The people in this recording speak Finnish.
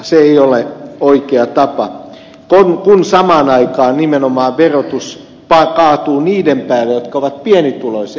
se ei ole oikea tapa kun samaan aikaan verotus kaatuu nimenomaan niiden päälle jotka ovat pienituloisia